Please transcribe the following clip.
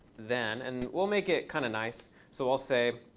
then and we'll make it kind of nice. so i'll say,